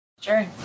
Sure